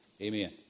Amen